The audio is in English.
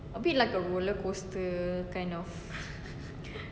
a bit like a roller coaster kind of